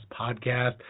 podcast